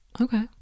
Okay